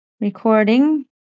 recording